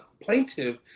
plaintiff